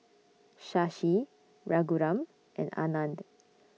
Shashi Raghuram and Anand